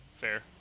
Fair